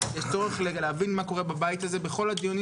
יש צורך להבין מה קורה בבית הזה בכל הדיונים